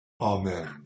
Amen